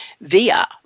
via